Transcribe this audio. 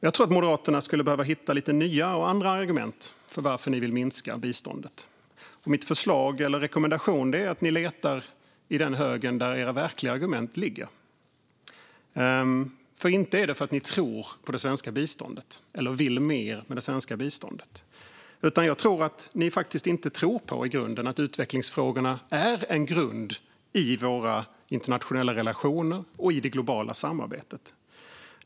Jag tror att Moderaterna skulle behöva hitta lite nya och andra argument för att minska biståndet. Mitt förslag eller min rekommendation är att ni letar i den hög där era verkliga argument ligger. Inte är det för att ni tror på det svenska biståndet eller vill mer med det svenska biståndet. Jag tror att ni egentligen inte tror på att utvecklingsfrågorna är en grund i våra internationella relationer och i det globala samarbetet.